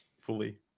fully